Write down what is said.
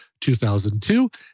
2002